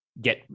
get